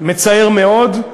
מצער מאוד,